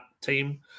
team